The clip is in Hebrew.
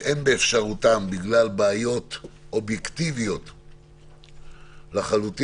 ואין באפשרותם, בגלל בעיות אובייקטיביות לחלוטין,